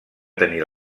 tenir